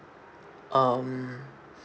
um